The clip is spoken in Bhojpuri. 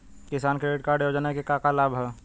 किसान क्रेडिट कार्ड योजना के का का लाभ ह?